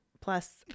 Plus